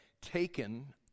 taken